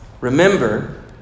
Remember